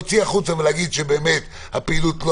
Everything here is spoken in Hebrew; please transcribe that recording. להוציא החוצה ולהגיד שבאמת הפעילות לא